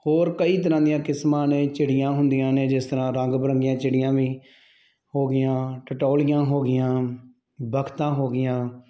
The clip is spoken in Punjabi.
ਹੋਰ ਕਈ ਤਰ੍ਹਾਂ ਦੀਆਂ ਕਿਸਮਾਂ ਨੇ ਚਿੜੀਆਂ ਹੁੰਦੀਆਂ ਨੇ ਜਿਸ ਤਰ੍ਹਾਂ ਰੰਗ ਬਿਰੰਗੀਆਂ ਚਿੜੀਆਂ ਵੀ ਹੋ ਗਈਆਂ ਟਟੋਲੀਆਂ ਹੋ ਗਈਆਂ ਬੱਤਖਾਂ ਹੋ ਗਈਆਂ